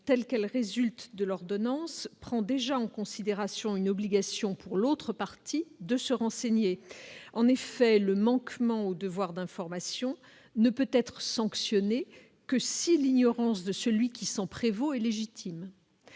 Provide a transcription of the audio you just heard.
telle qu'elle résulte de l'ordonnance prend déjà en considération une obligation pour l'autre partie de se renseigner en effet le manquement au devoir d'information ne peut être sanctionnée que si l'ignorance de celui qui s'en prévaut et légitime